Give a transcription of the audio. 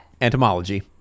Entomology